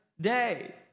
day